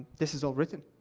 this is all written,